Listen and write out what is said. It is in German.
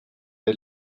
bei